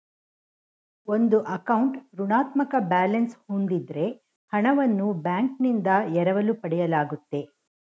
ಒಂದು ಅಕೌಂಟ್ ಋಣಾತ್ಮಕ ಬ್ಯಾಲೆನ್ಸ್ ಹೂಂದಿದ್ದ್ರೆ ಹಣವನ್ನು ಬ್ಯಾಂಕ್ನಿಂದ ಎರವಲು ಪಡೆಯಲಾಗುತ್ತೆ